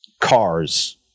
cars